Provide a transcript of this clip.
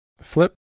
Flip